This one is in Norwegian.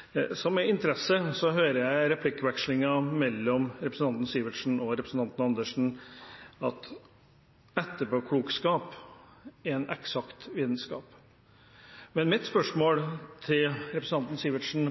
og representanten Andersen om at etterpåklokskap er en eksakt vitenskap. Mitt spørsmål til representanten Sivertsen